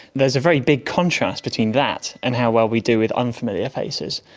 there is a very big contrast between that and how well we do with unfamiliar faces,